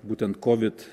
būtent kovid